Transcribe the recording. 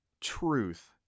truth